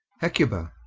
hecuba.